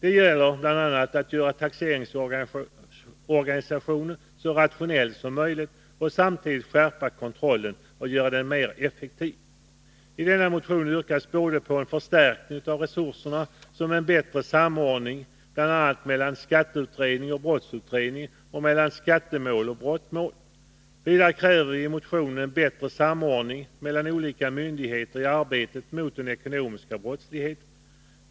Det gäller bl.a. att skapa en så rationell taxeringsorganisation som möjligt och samtidigt skärpa kontrollen samt göra den mer effektiv. I denna motion yrkas både på en förstärkning av resurserna och på en bättre samordning mellan skatteutredning och brottsutredning samt mellan skattemål och brottmål. Vidare kräver vi en bättre samordning mellan olika myndigheter i arbetet på att bekämpa den ekonomiska brottsligheten.